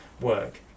work